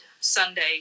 Sunday